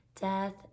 death